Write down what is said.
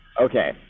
Okay